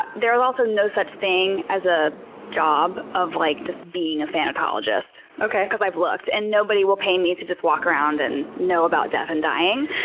ah there is also no such thing as a job of like just being a thanatologist. because i've looked, and nobody will pay me to just walk around and know about death and dying.